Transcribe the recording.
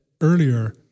earlier